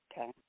Okay